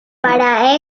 para